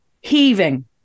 Heaving